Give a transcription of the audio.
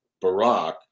Barack